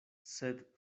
sed